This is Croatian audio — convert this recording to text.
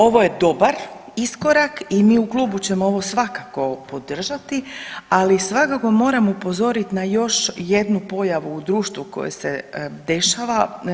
Ovo je dobar iskorak i mi u klubu ćemo ovo svakako podržati, ali svakako moram upozorit na još jednu pojavu u društvu koje se dešava.